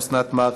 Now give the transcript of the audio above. אסנת מארק,